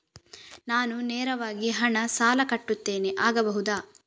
ನಾನು ನೇರವಾಗಿ ಹಣ ಸಾಲ ಕಟ್ಟುತ್ತೇನೆ ಆಗಬಹುದ?